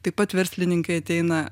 taip pat verslininkai ateina